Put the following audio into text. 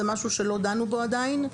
זה משהו שלא דנו בו עדיין,